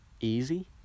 easy